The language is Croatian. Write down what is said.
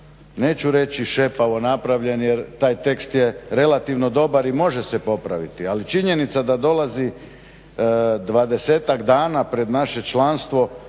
neću reći šepavo napravljen, jer tak tekst je relativno dobar i može se popraviti, ali činjenica da dolazi 20-ak dana pred naše članstvo